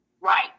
Right